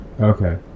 okay